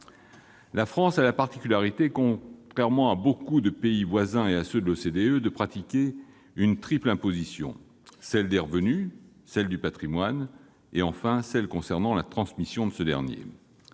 La France a la particularité, contrairement à beaucoup de ses voisins et de pays de l'OCDE, de pratiquer une triple imposition : celle des revenus, celle du patrimoine et enfin celle qui porte sur la transmission de ce dernier.